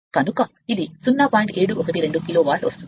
712 kilowatt వస్తోంది